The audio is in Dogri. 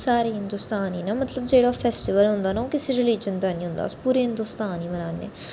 सारे हिंदोस्तान गी ना मतलब जेह्ड़ा फेस्टिवल होंदा ना ओह् किसै रिलीजन दा नेईं होंदा ओह् पूरे हिंदोस्तान ई मनाने